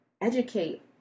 educate